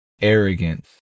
arrogance